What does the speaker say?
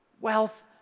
Wealth